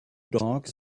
dogs